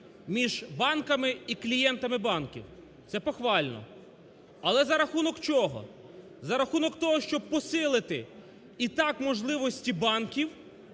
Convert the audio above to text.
між банками і клієнтами банків. Це похвально. Але за рахунок чого? За рахунок того, щоб посилити і так можливості банків